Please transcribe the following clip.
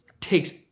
takes